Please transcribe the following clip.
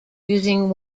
using